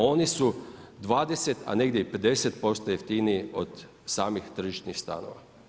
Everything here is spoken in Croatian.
Oni su 20 a negdje i 50% jeftiniji od samih tržišnih stanova.